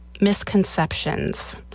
misconceptions